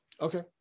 Okay